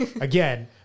Again